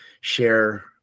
share